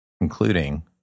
including